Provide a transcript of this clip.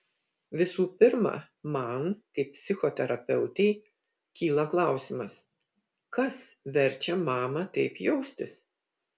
visų pirma man kaip psichoterapeutei kyla klausimas kas verčia mamą taip jaustis